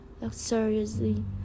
luxuriously